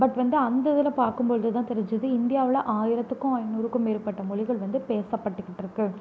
but வந்து அந்த இதில் பார்க்கும்பொழுது தான் தெரிஞ்சது இந்தியாவில் ஆயிரத்துக்கும் ஐநூறுக்கும் மேற்பட்ட மொழிகள் வந்து பேசப்பட்டுகிட்டிருக்கு